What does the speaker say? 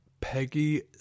Peggy